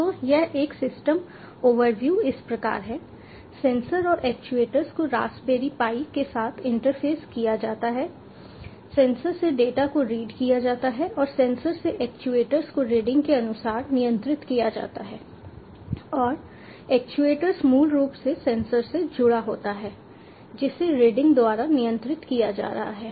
तो यह एक सिस्टम ओवरव्यू इस प्रकार है सेंसर और एक्ट्यूएटर को रास्पबेरी पाई के साथ इंटरफेस किया जाता है सेंसर से डेटा को रीड किया जाता है और सेंसर से एक्ट्यूएटर को रीडिंग के अनुसार नियंत्रित किया जाता है और एक्ट्यूएटर मूल रूप से सेंसर से जुड़ा होता है जिसे रीडिंग द्वारा नियंत्रित किया जा रहा है